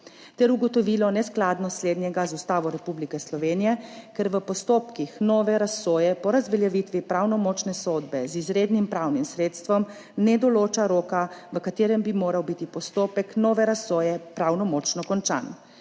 ter ugotovilo neskladnost slednjega z Ustavo Republike Slovenije, ker v postopkih nove razsoje po razveljavitvi pravnomočne sodbe z izrednim pravnim sredstvom ne določa roka, v katerem bi moral biti postopek nove razsoje pravnomočno končan.